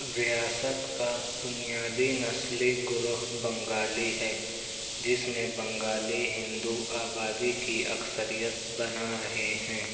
ریاست کا بنیادی نسلی گروہ بنگالی ہے جس میں بنگالی ہندو آبادی کی اکثریت بنا رہے ہیں